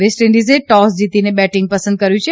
waste ઇન્જીઝે toss જીતીને batting પસંદ કર્યું છે